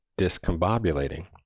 discombobulating